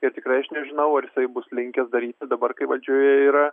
ir tikrai aš nežinau ar jisai bus linkęs daryti dabar kai valdžioje yra